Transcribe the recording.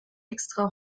extra